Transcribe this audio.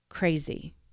Crazy